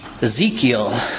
Ezekiel